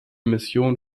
mission